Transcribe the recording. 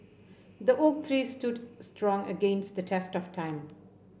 the oak tree stood strong against the test of time